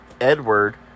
Edward